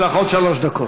יש לך עוד שלוש דקות.